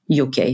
UK